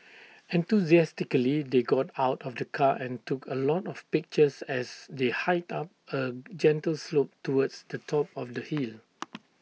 enthusiastically they got out of the car and took A lot of pictures as they hiked up A gentle slope towards to top of the hill